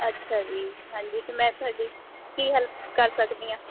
ਅੱਛਾ ਜੀ ਹਾਂਜੀ ਅਤੇ ਮੈਂ ਤੁਹਾਡੀ ਕੀ ਹੈਲਪ ਕਰ ਸਕਦੀ ਆ